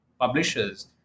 publishers